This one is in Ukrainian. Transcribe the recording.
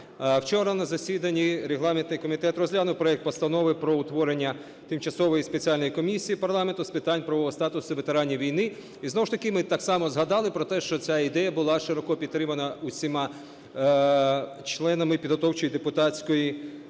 Вчора на засіданні регламентний комітет розглянув проект Постанови про утворення Тимчасової спеціальної комісії парламенту з питань правового статусу ветеранів війни. І знову ж таки ми так само згадали про те, що ця ідея була широко підтримана усіма членами підготовчої депутатської групи